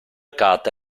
carte